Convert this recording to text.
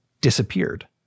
disappeared